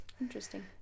interesting